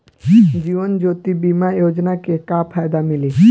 जीवन ज्योति बीमा योजना के का फायदा मिली?